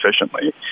efficiently